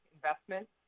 investment